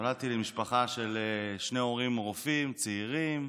נולדתי למשפחה של שני הורים רופאים, צעירים,